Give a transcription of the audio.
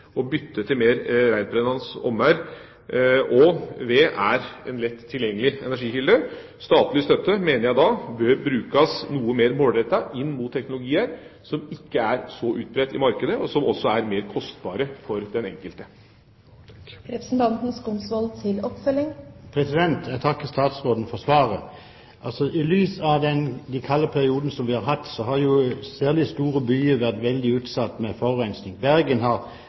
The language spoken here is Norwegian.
å bytte til mer rentbrennende ovner, og ved er en lett tilgjengelig energikilde. Statlig støtte mener jeg bør brukes noe mer målrettet inn mot teknologier som ikke er så utbredt i markedet, og som også er mer kostbare for den enkelte. Jeg takker statsråden for svaret. I lys av den kalde perioden vi har hatt, har særlig store byer vært veldig utsatt